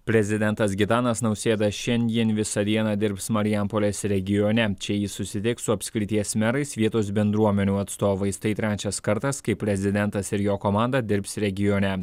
prezidentas gitanas nausėda šiandien visą dieną dirbs marijampolės regione čia jis susitiks su apskrities merais vietos bendruomenių atstovais tai trečias kartas kai prezidentas ir jo komanda dirbs regione